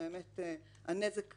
לכן אנחנו מבקשים תקנים.